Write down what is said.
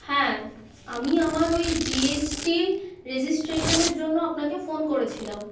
হ্যাঁ আমি আমার ওই জি এস টি রেজিস্ট্রেশনের জন্য আপনাকে ফোন করেছিলাম